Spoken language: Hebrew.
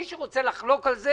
מי שרוצה לחלוק על זה